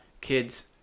kids